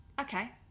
okay